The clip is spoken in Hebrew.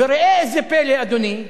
וראה איזה פלא אדוני,